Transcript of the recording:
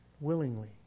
willingly